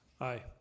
aye